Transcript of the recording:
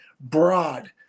broad